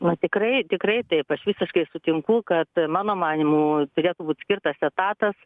na tikrai tikrai taip aš visiškai sutinku kad mano manymu turėtų būt skirtas etatas